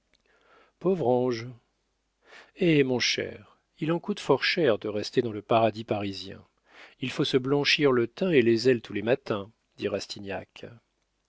pauvre ange eh mon cher il en coûte fort cher de rester dans le paradis parisien il faut se blanchir le teint et les ailes tous les matins dit